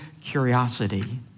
curiosity